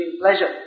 pleasure